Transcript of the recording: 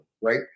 right